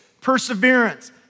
perseverance